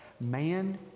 man